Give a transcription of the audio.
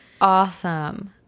awesome